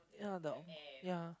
yeah the o~ yeah